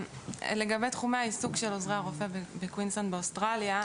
לגבי תחומי העיסוק של עוזרי הרופא בקווינסלנד באוסטרליה,